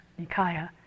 nikaya